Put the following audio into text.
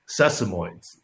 sesamoids